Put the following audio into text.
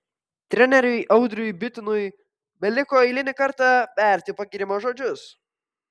treneriui audriui bitinui beliko eilinį kartą berti pagyrimo žodžius